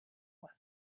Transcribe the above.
with